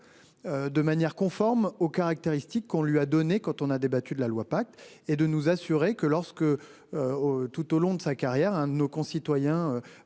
De manière conforme aux caractéristiques qu'on lui a donné, quand on a débattu de la loi pacte et de nous assurer que lorsque. Tout au long de sa carrière. Un de nos concitoyens